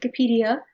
Wikipedia